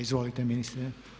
Izvolite ministre.